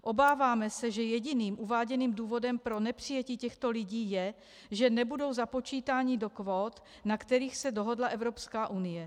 Obáváme se, že jediným uváděným důvodem pro nepřijetí těchto lidí je, že nebudou započítáni do kvót, na kterých se dohodla Evropská unie.